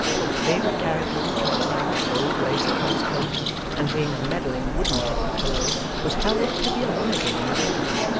for a favourite character in the play having gold-lace upon his coat and being a meddling wooden-headed fellow was held to be a libel on the beadle,